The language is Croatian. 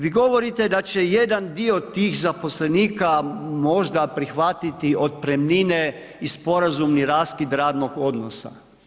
Vi govorite da će jedan dio tih zaposlenika možda prihvatiti otpremnine i sporazumni raskid radnog odnosa.